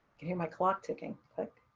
can hear my clock ticking, click,